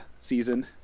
season